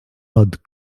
odd